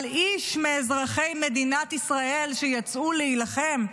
אבל איש מאזרחי מדינת ישראל שיצאו להילחם,